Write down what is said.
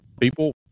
People